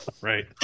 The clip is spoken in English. Right